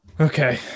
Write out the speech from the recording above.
Okay